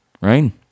Right